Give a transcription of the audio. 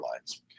lines